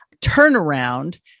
turnaround